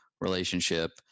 relationship